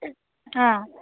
ఆ